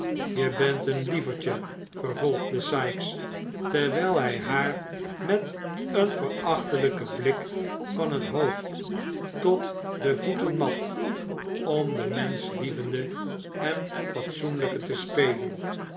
je bent een lieverdje vervolgde sikes terwijl hij haar met een verachtelijken blik van het hoofd tot de voeten mat om de menschlievende en fat soenlijke te spelen